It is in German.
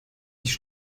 nicht